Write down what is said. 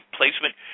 placement